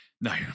No